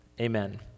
Amen